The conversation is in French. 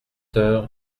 heures